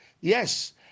Yes